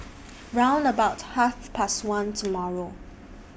round about Half Past one tomorrow